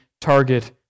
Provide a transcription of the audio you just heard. target